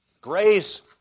Grace